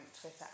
Twitter